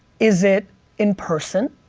is it in person?